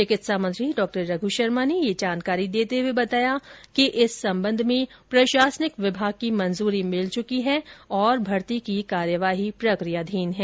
चिकित्सा मंत्री डॉ रघ् शर्मा ने यह जानकारी देते हुए बताया कि इस संबंध में प्रशासनिक विभाग की मंजूरी मिल चुकी है और भर्ती की कार्यवाही प्रक्रियाधीन है